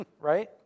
Right